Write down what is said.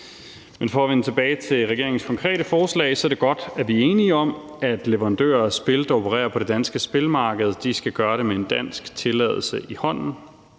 Men for at vende tilbage til regeringens konkrete forslag er det godt, at vi enige om, at leverandører af spil, der opererer på det danske spilmarked, skal gøre det med en dansk tilladelse i hånden.